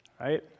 right